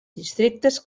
districtes